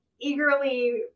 eagerly